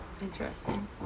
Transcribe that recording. Interesting